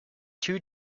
two